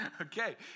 Okay